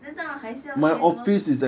难道还要学什么